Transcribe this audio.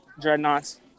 dreadnoughts